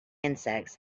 insects